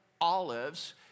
Olives